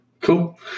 cool